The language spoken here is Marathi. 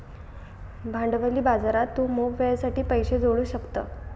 भांडवली बाजारात तू मोप वेळेसाठी पैशे जोडू शकतं